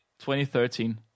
2013